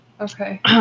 Okay